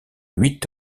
huit